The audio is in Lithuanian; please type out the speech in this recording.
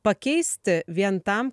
pakeisti vien tam